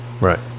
Right